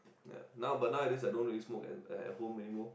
ya now but nowadays I don't really smoke at at home anymore